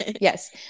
yes